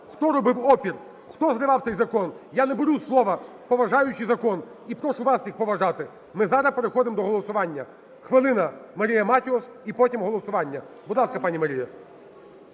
Хто робив опір? Хто зривав цей закон? Я не беру слово, поважаючи закон, і прошу вас всіх поважати. Ми зараз переходимо до голосування. Хвилина – Марія Матіос, і потім голосування. Будь ласка, пані Марія.